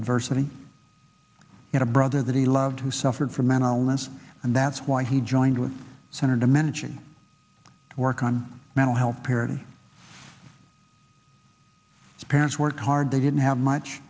adversity had a brother that he loved who suffered from mental illness and that's why he joined with center dimension work on mental health parity parents work hard they didn't have much